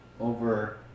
over